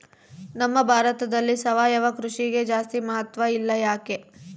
ನಮ್ಮ ಭಾರತದಲ್ಲಿ ಸಾವಯವ ಕೃಷಿಗೆ ಜಾಸ್ತಿ ಮಹತ್ವ ಇಲ್ಲ ಯಾಕೆ?